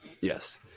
yes